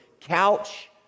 Couch